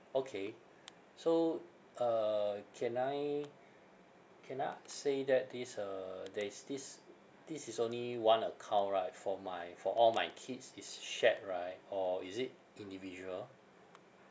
okay so uh can I can I say that this uh there is this this is only one account right for my for all my kids is shared right or is it individual